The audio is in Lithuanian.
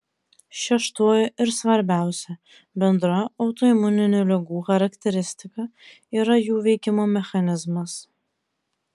šeštoji ir svarbiausia bendra autoimuninių ligų charakteristika yra jų veikimo mechanizmas